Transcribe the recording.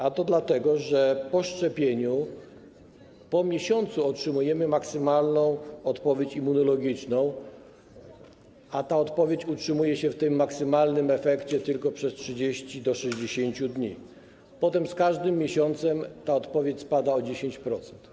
A to dlatego, że po szczepieniu, po miesiącu otrzymujemy maksymalną odpowiedź immunologiczną, a ta odpowiedź utrzymuje się w tym maksymalnym efekcie tylko przez 30 do 60 dni, potem z każdym miesiącem ta odpowiedź spada o 10%.